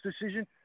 decision